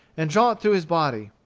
and draw it through his body.